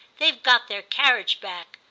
they've got their carriage back,